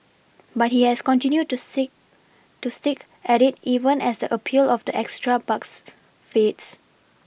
but he has continued to see to stick at it even as a appeal of the extra bucks fades